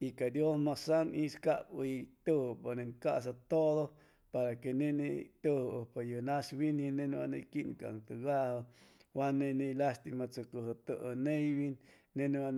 Y ca dios masan is cab uy tujupa ney un casa todo para que nen y tujupa nen ni nos winji nen way nen quincatugaju wa ne ni lastima tsucuju neywin nen ni wa